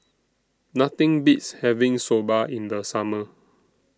Nothing Beats having Soba in The Summer